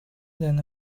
than